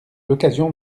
l’occasion